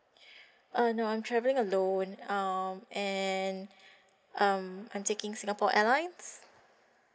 uh no I'm travelling alone um and um I'm taking singapore airlines